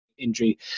injury